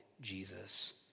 Jesus